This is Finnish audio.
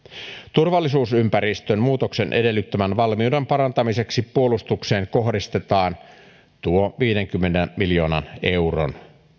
turvallisuusympäristön muutoksen edellyttämän valmiuden parantamiseksi puolustukseen kohdistetaan viidenkymmenen miljoonan euron